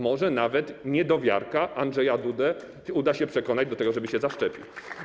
Może nawet niedowiarka Andrzeja Dudę uda się przekonać do tego, żeby się zaszczepił.